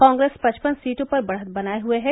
कांग्रेस पचपन सीटों पर बढ़त बनाए हए है